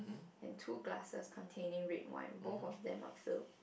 and two glasses containing red wine both of them are filled